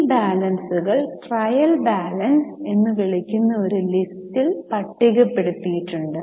ഈ ബാലൻസുകൾ trial balance എന്ന് വിളിക്കുന്ന ഒരു ലിസ്റ്റിൽ പട്ടികപ്പെടുത്തിയിട്ടുണ്ട്